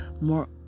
more